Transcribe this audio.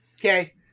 okay